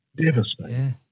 devastating